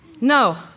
No